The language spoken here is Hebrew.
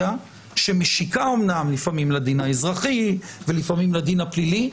טריטוריה שמשיקה אומנם לפעמים לדין האזרחי ולפעמים לדין הפלילי,